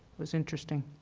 was interesting.